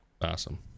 Awesome